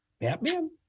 Batman